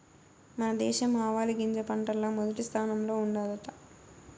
మన దేశం ఆవాలగింజ పంటల్ల మొదటి స్థానంలో ఉండాదట